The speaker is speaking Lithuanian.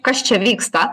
kas čia vyksta